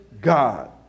God